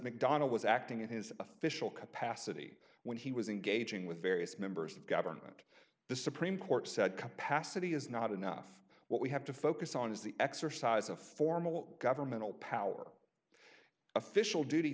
mcdonnell was acting in his official capacity when he was engaging with various members of government the supreme court said capacity is not enough what we have to focus on is the exercise of formal governmental power official duty